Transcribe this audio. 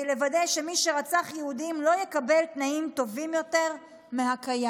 לוודא שמי שרצח יהודים לא יקבל תנאים טובים יותר מהקיים.